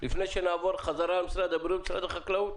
לפני שנעבור חזרה למשרד הבריאות ומשרד החקלאות?